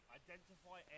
identify